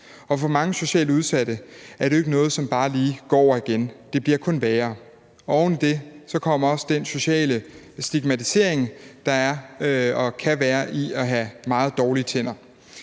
og for mange socialt udsatte er det jo ikke noget, som bare lige går over igen, for det bliver kun værre. Oven i det kommer også den sociale stigmatisering, der er og kan være i at have meget dårlige tænder.